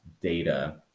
data